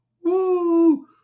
Woo